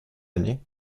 année